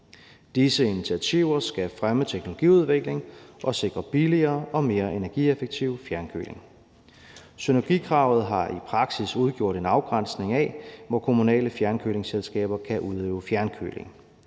Disse initiativer skal fremme teknologiudviklingen og sikre billigere og mere energieffektiv fjernkøling. Synergikravet har i praksis udgjort en afgrænsning af, hvor kommunale fjernkølingsselskaber kan udøve fjernkøling.